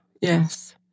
Yes